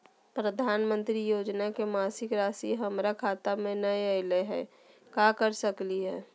प्रधानमंत्री योजना के मासिक रासि हमरा खाता में नई आइलई हई, का कर सकली हई?